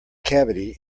cavity